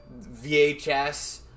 VHS